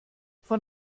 von